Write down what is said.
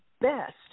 best